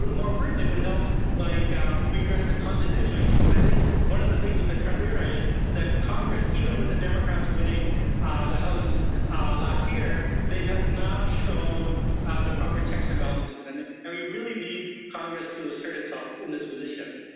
more importantly, it would help like redress the constitutional issue because i think one of the things with the trump era is that congress, even with the democrats winning the house last year, they have not shown the proper checks and balances. and and we really need congress to assert itself in this position, but